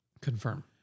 Confirm